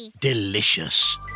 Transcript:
Delicious